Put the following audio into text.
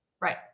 right